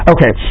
Okay